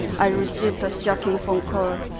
i received a shocking phone call.